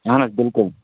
اَہن حظ بالکُل